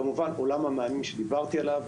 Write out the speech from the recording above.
כמובן עולם המאמנים שדיברתי עליו,